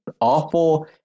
awful